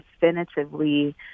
definitively